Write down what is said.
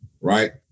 right